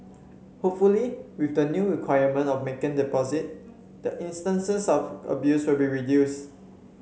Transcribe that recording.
hopefully with the new requirement of making deposit the instances of abuse will be reduce